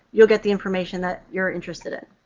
you'll get the information that you're interested in.